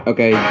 Okay